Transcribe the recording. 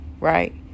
Right